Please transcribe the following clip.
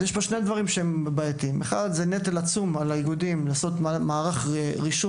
יש פה שני דברים בעייתיים: א', לעשות מערך רישום,